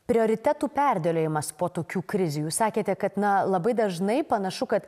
prioritetų perdėliojimas po tokių krizių jūs sakėte kad na labai dažnai panašu kad